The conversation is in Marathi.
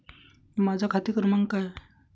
माझा खाते क्रमांक काय आहे?